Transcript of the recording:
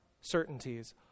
certainties